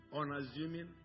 unassuming